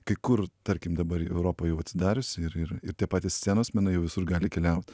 kai kur tarkim dabar europa jau atsidarius ir ir ir tie patys scenos menai jau visur gali keliaut